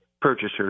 purchaser